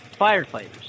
Firefighters